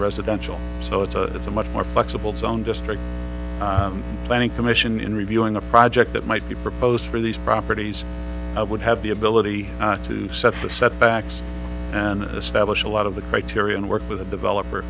residential so it's a it's a much more flexible zone district planning commission in reviewing a project that might be proposed for these properties i would have the ability to set the setbacks and establish a lot of the criteria and work with a developer